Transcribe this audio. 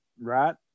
right